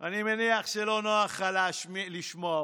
אני מניח שלא נוח לך לשמוע אותי.